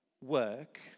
work